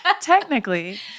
Technically